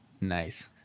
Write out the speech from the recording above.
nice